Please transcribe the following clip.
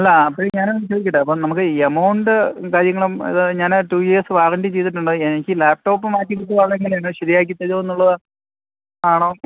അല്ല അപ്പോള് ഞാനൊന്നു ചോദിക്കട്ടെ അപ്പോള് നമുക്ക് ഈ എമൗണ്ട് കാര്യങ്ങളും അത് ഞാന് ടു ഇയേർസ് വാറണ്ടി ചെയ്തിട്ടുണ്ട് എനിക്ക് ലാപ്ടോപ്പ് മാറ്റിക്കിട്ടുകയാണെങ്കില് ശരിയാക്കിത്തരുമോ എന്നുള്ളത് ആണോ